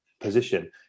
position